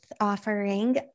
offering